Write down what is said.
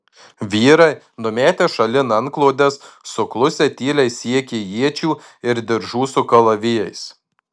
vyrai numetę šalin antklodes suklusę tyliai siekė iečių ir diržų su kalavijais